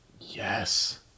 Yes